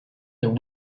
then